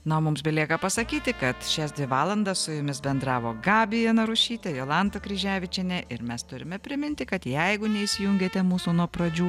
na o mums belieka pasakyti kad šias dvi valandas su jumis bendravo gabija narušytė jolanta kryževičienė ir mes turime priminti kad jeigu neįsijungėte mūsų nuo pradžių